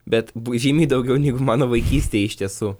bet bu žymiai daugiau negu mano vaikystėj iš tiesų